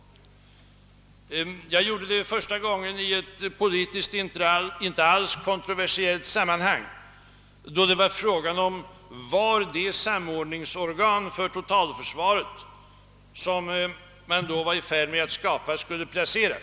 Jag gjorde det första gången i ett politiskt alls inte kontroversiellt sammanhang, då det var fråga om var det samordningsorgan för totalförsvaret, som man då var i färd med att skapa, skulle placeras.